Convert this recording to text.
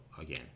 again